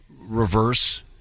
reverse